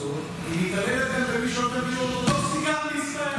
לא רק במי שעבר גיור אורתודוקסי בתפוצות,